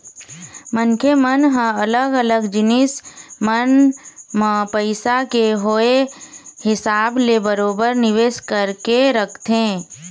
मनखे मन ह अलग अलग जिनिस मन म पइसा के होय हिसाब ले बरोबर निवेश करके रखथे